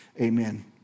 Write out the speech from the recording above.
Amen